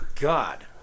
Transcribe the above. God